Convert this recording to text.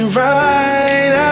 right